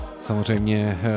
samozřejmě